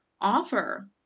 offer